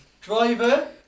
Driver